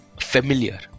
familiar